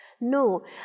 No